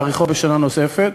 להאריכו בשנה נוספת.